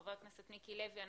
חבר הכנסת מיקי לוי,